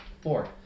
Four